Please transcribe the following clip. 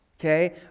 Okay